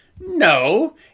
No